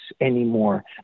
anymore